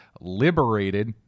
liberated